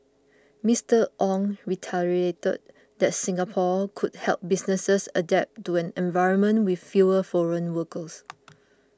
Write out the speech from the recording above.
Mister Ong reiterated that Singapore could help businesses adapt to an environment with fewer foreign workers